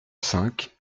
cinq